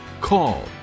call